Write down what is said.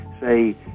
say